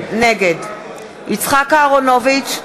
נגד יצחק אהרונוביץ,